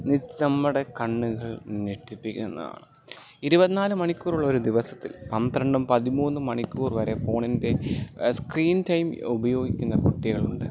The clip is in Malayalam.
നമ്മുടെ കണ്ണുകൾ ഞെട്ടിപ്പിക്കുന്നതാണ് ഇടുപത്തിനാല് മണിക്കൂറുള്ള ഒരു ദിവസത്തിൽ പന്ത്രണ്ടും പതിമൂന്നും മണിക്കൂർ വരെ ഫോണിൻ്റെ സ്ക്രീൻ ടൈം ഉപയോഗിക്കുന്ന കുട്ടികളുണ്ട്